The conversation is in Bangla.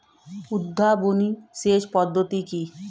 উদ্ভাবনী সেচ পদ্ধতি কি?